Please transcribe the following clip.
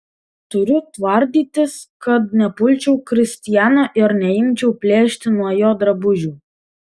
turiu tvardytis kad nepulčiau kristiano ir neimčiau plėšti nuo jo drabužių